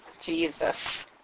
Jesus